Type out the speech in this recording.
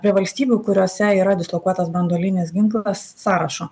prie valstybių kuriose yra dislokuotas branduolinis ginklas sąrašo